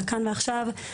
הכאן ועכשיו,